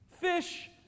fish